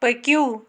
پٔکِو